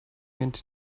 mint